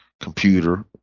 computer